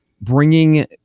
bringing